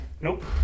Nope